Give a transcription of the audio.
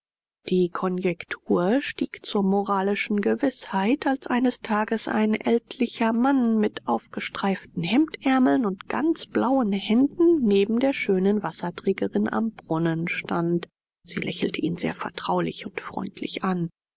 die konjektur stieg zur moralischen gewißheit als eines tages ein ältlicher mann mit aufgestreiften hemdärmeln und ganz blauen händen neben der schönen wasserträgerin am brunnen stand sie lächelte ihn sehr vertraulich und freundlich an